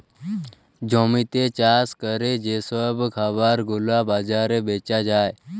জমিতে চাষ ক্যরে যে সব খাবার গুলা বাজারে বেচা যায়